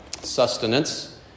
sustenance